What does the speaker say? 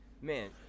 man